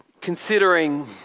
considering